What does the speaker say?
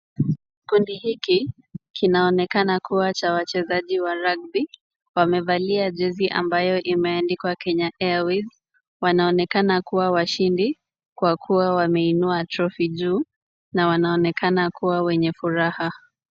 Kundi hiki kinaonekana kuwa cha wachezaji wa rugby . Wamevalia jezi ambayo imeandikwa Kenya airways. Wanaonekana kuwa washindi kwa kuwa wameinua trophy juu na wanaonekana kuwa wenye furaha.